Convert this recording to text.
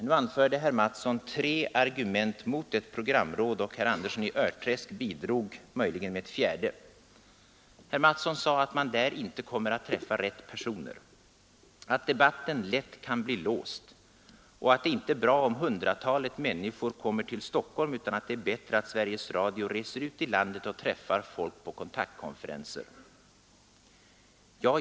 Nu anförde herr Mattsson tre argument mot ett programråd, och herr Andersson i Örträsk bidrog möjligen med ett fjärde. Herr Mattsson sade att man där inte kommer att träffa rätt personer, att debatten lätt kan bli låst och att det inte är bra om hundratalet människor kommer till Stockholm, utan att det är bättre att man från Sveriges Radio reser ut i landet och träffar folk på kontaktkonferenser.